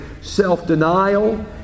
self-denial